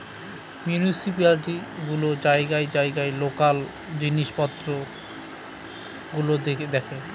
municipality গুলো জায়গায় জায়গায় লোকাল জিনিস পত্র গুলো দেখে